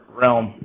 realm